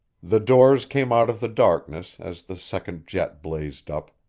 the doors came out of the darkness as the second jet blazed up,